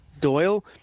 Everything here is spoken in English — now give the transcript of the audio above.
Doyle